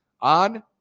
on